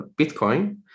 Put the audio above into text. Bitcoin